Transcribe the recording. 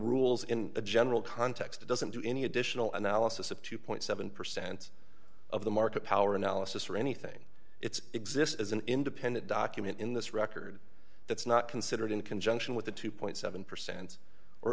rules in a general context it doesn't do any additional analysis of two point seven percent of the market power analysis or anything it's exist as an independent document in this record that's not considered in conjunction with the two seven percent or